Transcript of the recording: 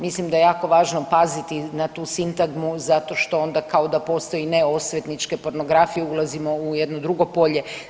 Mislim da je jako važno paziti na tu sintagmu zato što onda, kao da postoji neosvetničke pornografije, ulazimo u jedno drugo polje.